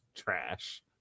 trash